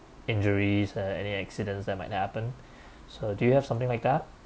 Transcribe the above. injuries uh any accidents that might happen so do you have something like that